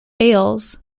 ales